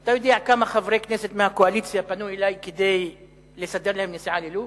אתה יודע כמה חברי כנסת מהקואליציה פנו אלי כדי לסדר להם נסיעה ללוב,